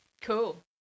Cool